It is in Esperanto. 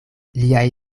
liaj